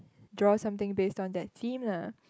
draw something based on that theme lah